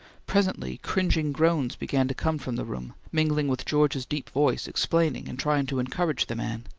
presently cringing groans began to come from the room, mingling with george's deep voice explaining, and trying to encourage the man.